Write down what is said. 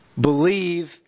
Believe